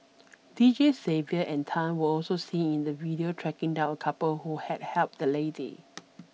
Deejays Xavier and Tan were also seen in the video tracking down a couple who had helped the lady